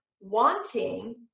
wanting